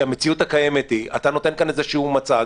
אתה נותן כאן איזשהו מצג